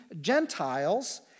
Gentiles